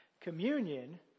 Communion